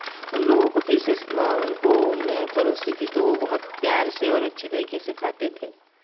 उन लोगों को फिर से उनको मैं परोसती थी तो वह बहुत प्यार से और अच्छे तरीके से खाते थे